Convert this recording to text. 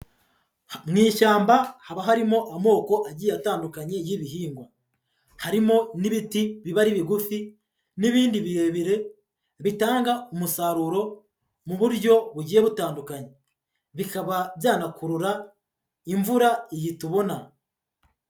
Mu ishyamba haba harimo amoko agiye atandukanye y'ibihingwa, harimo n'ibiti biba ari bigufi n'ibindi birebire bitanga umusaruro mu buryo bugiye butandukanye, bikaba byanakurura imvura iyi tubona.